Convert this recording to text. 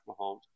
Mahomes